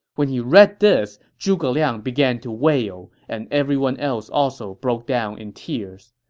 when he read this, zhuge liang began to wail, and everyone else also broke down in tears.